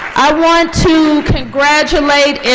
i want to congratulate